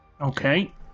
Okay